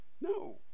no